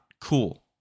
cool